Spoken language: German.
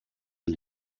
des